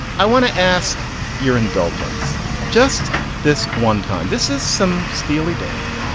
i want to ask your indulgence just this one time. this is some steely dan,